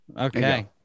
Okay